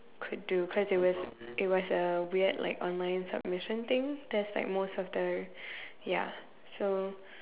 could do cause it was it was a weird like online submission thing that's like most of the ya so